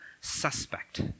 suspect